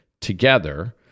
together